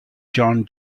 john